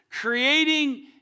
creating